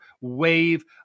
wave